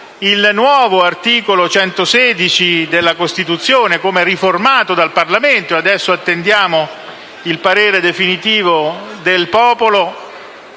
il nuovo articolo 116 della Costituzione, come riformato dal Parlamento (adesso attendiamo il parere definitivo del popolo),